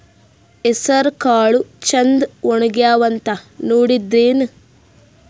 ಹೆಸರಕಾಳು ಛಂದ ಒಣಗ್ಯಾವಂತ ನೋಡಿದ್ರೆನ?